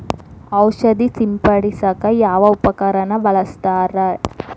ಔಷಧಿ ಸಿಂಪಡಿಸಕ ಯಾವ ಉಪಕರಣ ಬಳಸುತ್ತಾರಿ?